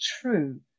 true